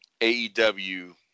AEW